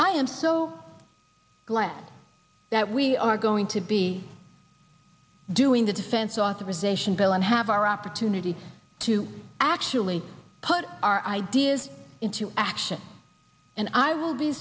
i am so glad that we are going to be doing the defense authorization bill and have our opportunity to actually put our ideas into action and i w